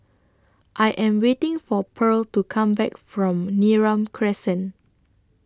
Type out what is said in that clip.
I Am waiting For Pearl to Come Back from Neram Crescent